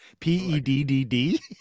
P-E-D-D-D